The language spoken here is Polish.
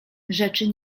rzeczy